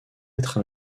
être